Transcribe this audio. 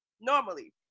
normally